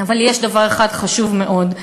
אבל יש דבר אחד חשוב מאוד,